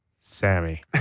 Sammy